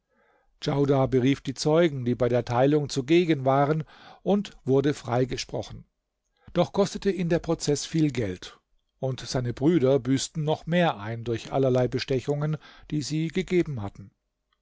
djaudar berief die zeugen die bei der teilung zugegen waren und wurde freigesprochen doch kostete ihn der prozeß viel geld und seine brüder büßten noch mehr ein durch allerlei bestechungen die sie gegeben hatten